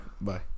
bye